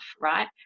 right